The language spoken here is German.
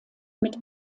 mit